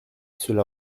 cela